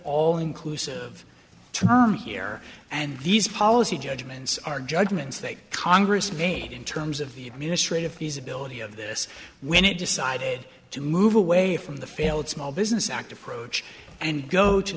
all inclusive term here and these policy judgments are judgments that congress made in terms of the administrative feasibility of this when it decided to move away from the failed small business act of pro choice and go to